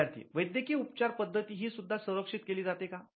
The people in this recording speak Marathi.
विद्यार्थी वैद्यकीय उपचार पद्धती ही सुद्धा संरक्षित केली जाते का